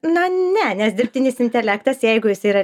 na ne nes dirbtinis intelektas jeigu jis yra